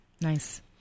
Nice